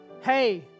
hey